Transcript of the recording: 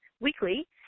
weekly